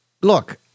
look